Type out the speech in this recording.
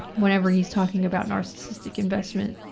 whenever he's talking about narcissistic investment,